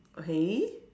okay